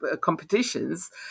competitions